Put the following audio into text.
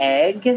egg